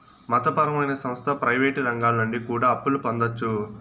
మత పరమైన సంస్థ ప్రయివేటు రంగాల నుండి కూడా అప్పులు పొందొచ్చు